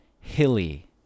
Hilly